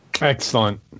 Excellent